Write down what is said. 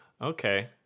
okay